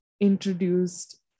introduced